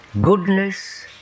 goodness